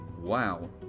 Wow